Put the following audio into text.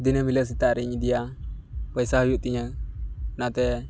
ᱫᱤᱱᱟᱹᱢ ᱦᱤᱞᱟᱹᱜ ᱥᱮᱛᱟᱜᱨᱮᱧ ᱤᱫᱤᱭᱟ ᱯᱚᱭᱥᱟ ᱦᱩᱭᱩᱜᱛᱤᱧᱟᱹ ᱚᱱᱟᱛᱮ